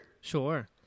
Sure